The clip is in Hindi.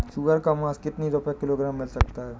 सुअर का मांस कितनी रुपय किलोग्राम मिल सकता है?